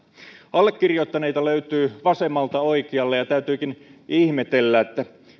allekirjoittaneita löytyy vasemmalta oikealle ja täytyykin ihmetellä